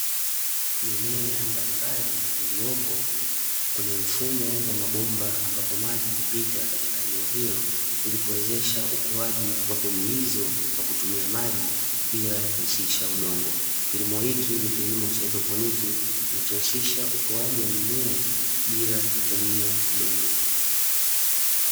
Mimea mbalimbali iliyopo kwenye mfumo wa mabomba ambapo maji hupita katika eneo hilo, ili kuwezesha ukuaji wa mbegu hizo kwa kutumia maji, bila kuhusisha udongo. Kilimo hiki ni kilimo cha haidroponi, kinachohusisha ukuaji wa mimea bila kutumia udongo.